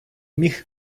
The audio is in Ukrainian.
міг